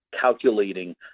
calculating